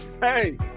Hey